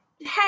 hey